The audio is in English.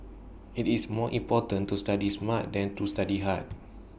IT is more important to study smart than to study hard